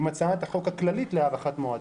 עם הצעת החוק הכללית להארכת מועדים.